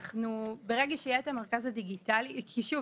ברגע שיהיה את המרכז הדיגיטלי --- זאת